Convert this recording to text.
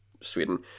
Sweden